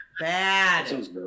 Bad